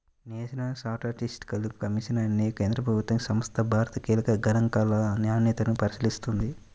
national statistical commission అనే కేంద్ర ప్రభుత్వ సంస్థ భారత కీలక గణాంకాల నాణ్యతను పరిశీలిస్తుంది